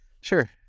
sure